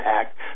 Act